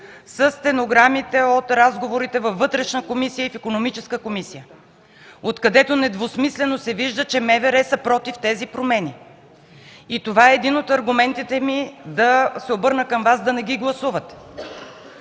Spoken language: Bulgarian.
със стенограмите от разговорите във Вътрешната комисия и в Икономическата комисия, откъдето недвусмислено се вижда, че МВР са против тези промени. Това е един от аргументите ми да се обърна към Вас да не ги гласувате.